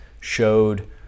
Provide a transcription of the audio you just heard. showed